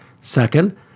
Second